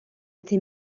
été